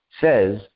says